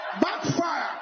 Backfire